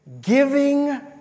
Giving